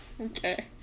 Okay